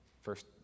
First